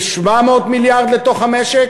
ו-700 מיליארד לתוך המשק,